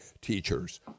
teachers